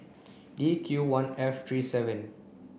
D Q one F three seven